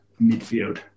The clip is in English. midfield